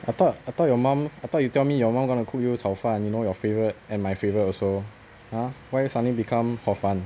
I thought I thought your mum I thought you tell me your mom gonna cook you 炒饭 you know your favourite and my favourite also ah why you suddenly become hor fun